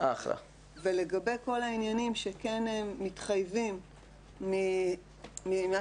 ולגבי כל העניינים שכן מתחייבים ממה